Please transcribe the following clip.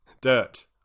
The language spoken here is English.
dirt